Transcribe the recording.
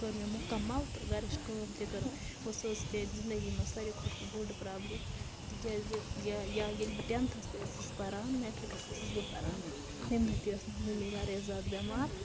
کٔر مےٚ مکمل تہٕ گَرٕچ کٲم تہِ کٔرٕم گوٚو سُہ ٲس میٛانہِ زندگی منٛز ساروی کھۄتہٕ بٔڈ پرٛابلِم تِکیٛازِ یا یا ییٚلہِ بہٕ ٹٮ۪نتھَس تہِ ٲسٕس پَران میٹرِکَس ٲسٕس بہٕ پَران تَمہِ دۄہ تہِ ٲس مےٚ مٔمی واریاہ زیادٕ بٮ۪مار